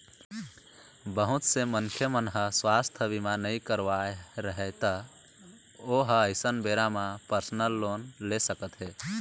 बहुत से मनखे मन ह सुवास्थ बीमा नइ करवाए रहय त ओ ह अइसन बेरा म परसनल लोन ले सकत हे